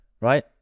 right